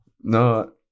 no